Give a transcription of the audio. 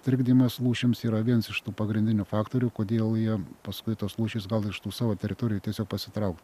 trikdymas lūšims yra viens iš tų pagrindinių faktorių kodėl jie paskui tos lūšys gal iš tų savo teritorijų tiesiog pasitraukt